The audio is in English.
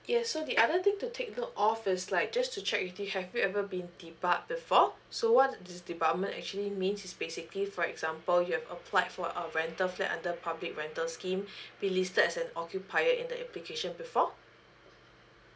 yes so the other thing to take note of is like just to check with you have you ever been depart before so what's this department actually means is basically for example you've applied for our rental flat under public rental scheme be listed as an occupier in the application before